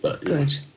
Good